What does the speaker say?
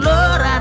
Lord